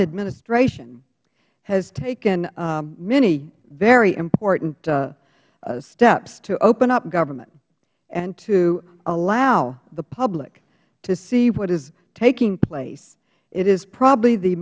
a administration has taken many very important steps to open up government and to allow the public to see what is taking place it is probably the